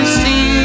see